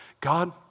God